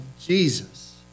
Jesus